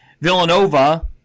Villanova